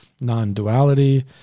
Non-duality